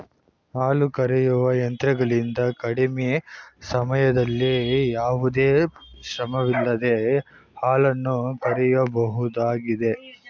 ಹಾಲು ಕರೆಯುವ ಯಂತ್ರಗಳಿಂದ ಕಡಿಮೆ ಸಮಯದಲ್ಲಿ ಯಾವುದೇ ಶ್ರಮವಿಲ್ಲದೆ ಹಾಲನ್ನು ಕರೆಯಬಹುದಾಗಿದೆ